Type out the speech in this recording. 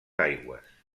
aigües